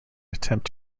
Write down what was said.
attempt